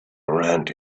around